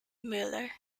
müller